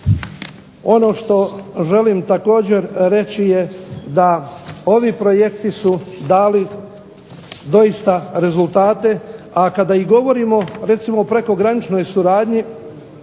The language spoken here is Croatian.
ono što želim također reći jest da ovi projekti su dali doista rezultate, a kada i govorimo recimo o prekograničnoj suradnji